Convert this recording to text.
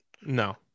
No